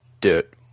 Dirt